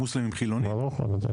מוסלמים חילונים כן.